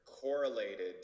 correlated